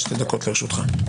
2 דקות לרשותך.